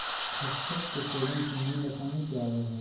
खसखस के सेवन से नींद आसानी से आवय हइ